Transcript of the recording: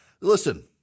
Listen